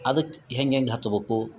ಅದ್ಕ ಹೆಂಗೆಂಗ ಹಚ್ಬಕು